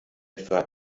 etwa